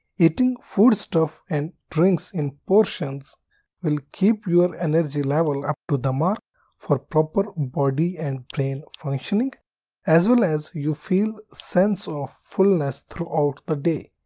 eating food stuff and drinks in portions will keep your energy level up to the mark for proper body and brain functioning as well as you feel sense of fullness throughout the day.